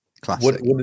classic